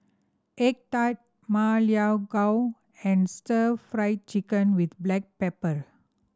egg tart Ma Lai Gao and Stir Fry Chicken with black pepper